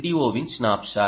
O win snapshot